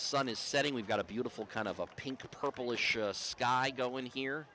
sun is setting we've got a beautiful kind of a pain to polish sky go in here